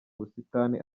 ubusitani